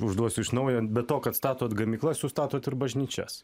užduosiu iš naujo be to kad statot gamyklas jūs statot ir bažnyčias